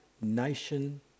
nation